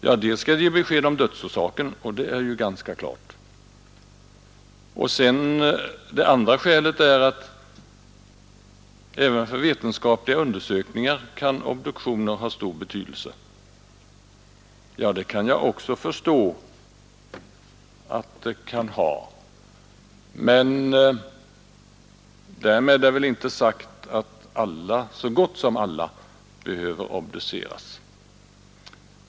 Ja, dels skall obduktion ge besked om dödsorsaken, och det är ju ganska klart, dels kan obduktioner ha stor betydelse för vetenskapliga undersökningar. Det kan jag också förstå, men därmed är väl inte sagt att så gott som alla avlidna behöver obduceras.